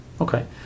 Okay